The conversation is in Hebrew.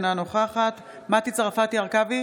אינה נוכחת מטי צרפתי הרכבי,